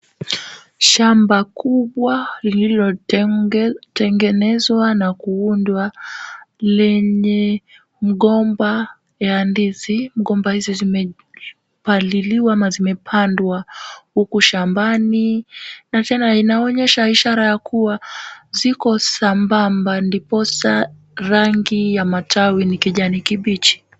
Shamba kubwa lililotengenezwa na kuundwa lenye mgomba ya ndizi. Mgomba hizo zimepaliliwa, ama zimepandwa huku shambani na tena inaonyesha ishara ya kuwa ziko sambamba ndiposa rangi ya matawi ni kijani kibichi.